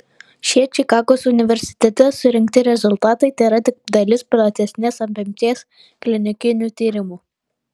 šie čikagos universitete surinkti rezultatai tėra tik dalis platesnės apimties klinikinių tyrimų